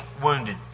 wounded